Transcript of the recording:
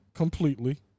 Completely